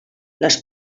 les